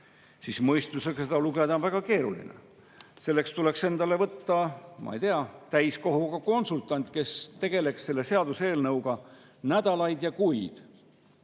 siis mõistusega seda lugeda on väga keeruline. Selleks tuleks endale võtta, ma ei tea, täiskohaga konsultant, kes tegeleks selle seaduseelnõuga nädalaid ja kuid,